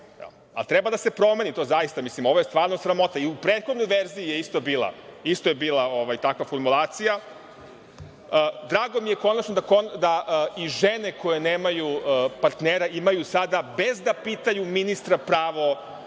Treba da se promeni to zaista. Ovo je stvarno sramota. I u prethodnoj verziji je isto bila takva formulacija. Drago mi je konačno da i žene koje nemaju partnere imaju sada bez da pitaju ministra pravo